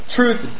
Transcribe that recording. truth